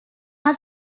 are